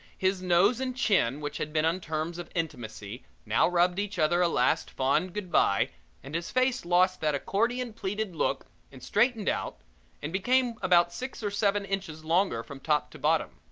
his nose and chin which had been on terms of intimacy now rubbed each other a last fond good-bye and his face lost that accordion-pleated look and straightened out and became about six or seven inches longer from top to bottom.